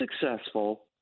successful